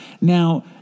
Now